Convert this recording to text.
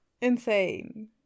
insane